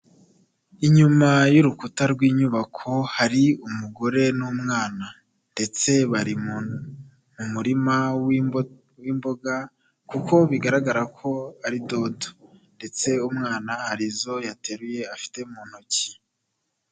Inyuma y'urukuta rw'inyubako hari umugore n'umwana ndetse bari mu murima w'imboga kuko bigaragara ko ari dodo ndetse umwana hari izo yateruye afite mu ntoki.